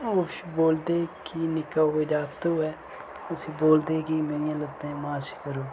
ओह् बोलदे कि निक्का कोई जागत होवे उसी बोलदे कि मेरियां लत्तें गी मालिश करो